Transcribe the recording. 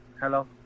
Hello